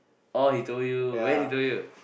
he told you when he told you